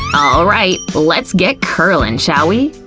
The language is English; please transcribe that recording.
alright, let's get curling, shall we?